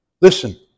Listen